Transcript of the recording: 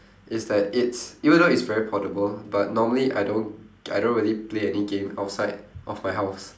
it's that it's even though it's very portable but normally I don't I don't really play any game outside of my house